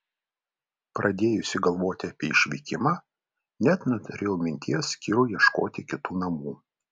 pradėjusi galvoti apie išvykimą net neturėjau minties kirui ieškoti kitų namų